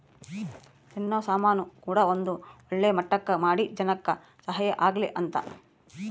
ತಿನ್ನೋ ಸಾಮನ್ ಕೂಡ ಒಂದ್ ಒಳ್ಳೆ ಮಟ್ಟಕ್ ಮಾಡಿ ಜನಕ್ ಸಹಾಯ ಆಗ್ಲಿ ಅಂತ